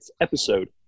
episode